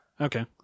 Okay